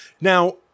Now